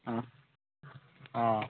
ആ ആ